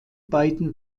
beiden